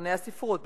במבחני הספרות,